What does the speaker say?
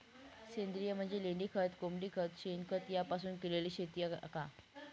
सेंद्रिय म्हणजे लेंडीखत, कोंबडीखत, शेणखत यापासून केलेली शेती का?